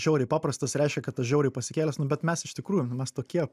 žiauriai paprastas reiškia kad aš žiauriai pasikėlęs nu bet mes iš tikrųjų nu mes tokie